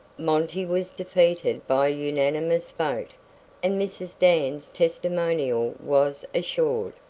monty was defeated by a unanimous vote and mrs. dan's testimonial was assured.